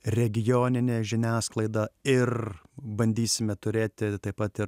regioninė žiniasklaida ir bandysime turėti taip pat ir